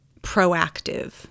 proactive